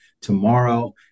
tomorrow